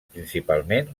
principalment